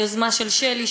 היוזמה של שלי,